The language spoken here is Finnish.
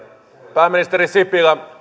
pääministeri sipilä